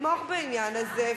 אנחנו נתמוך בעניין הזה,